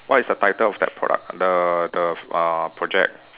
what is the title of the product the the uh project